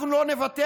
אנחנו לא נוותר,